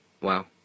Wow